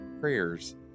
prayers